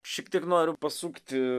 šiek tiek noriu pasukti